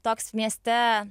toks mieste